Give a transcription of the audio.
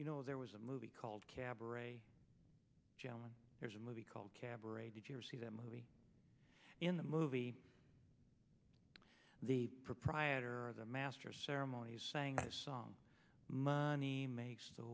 you know there was a movie called cabaret jalen there's a movie called cabaret did you see that movie in the movie the proprietor of the master ceremonies saying his song money makes the